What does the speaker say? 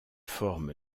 forme